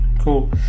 Cool